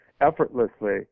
effortlessly